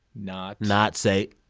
not. not say,